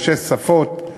בשש שפות,